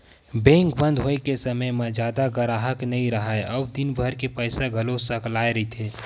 bank बंद होए के समे म जादा गराहक नइ राहय अउ दिनभर के पइसा घलो सकलाए रहिथे